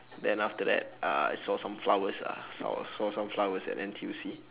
then after that uh I saw some flowers ah saw saw some flowers at N_T_U_C